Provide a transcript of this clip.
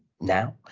now